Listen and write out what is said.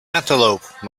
antelope